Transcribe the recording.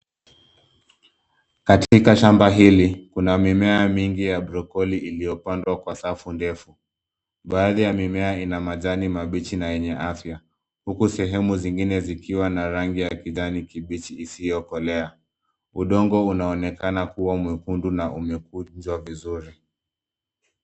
Katika shamba hili, kuna mimea mingi ya brokoli iliyopandwa kwa safu ndefu. Baadhi ya mimea ina majani mabichi na yenye afya. Huku sehemu zingine zikiwa na rangi ya kijani kibichi isiyookolea. Udongo unaonekana kuwa mwekundu na umekunjwa vizuri.